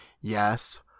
Yes